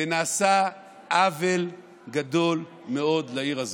ונעשה עוול גדול מאוד לעיר הזאת,